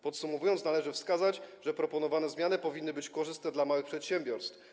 Podsumowując, należy wskazać, że proponowane zmiany powinny być korzystne dla małych przedsiębiorstw.